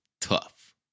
tough